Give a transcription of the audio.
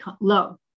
low